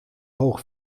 hoog